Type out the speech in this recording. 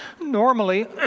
Normally